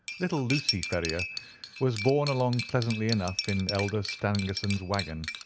little lucy ferrier was borne along pleasantly enough in elder stangerson's waggon,